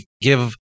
give